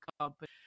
company